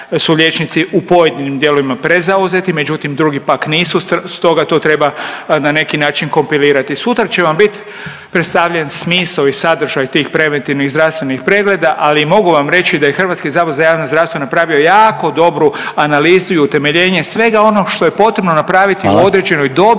vam reći da je HZJZ napravio jako dobru analizu i utemeljenje svega onog što je potrebno napraviti u određenoj